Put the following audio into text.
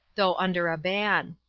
though under a ban.